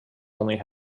only